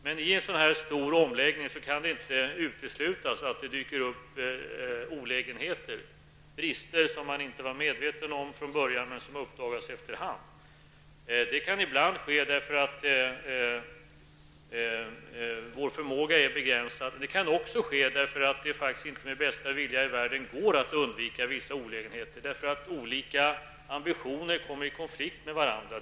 Vid en sådan här stor omläggning kan det dock inte uteslutas att det dyker upp olägenheter och brister som man inte var medveten om från början men som uppdagas efter hand. Det kan ibland ske därför att vår förmåga är begränsad. Det kan också ske därför att det med bästa vilja i världen faktiskt inte går att undvika vissa olägenheter eftersom olika ambitioner kommer i konflikt med varandra.